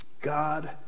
God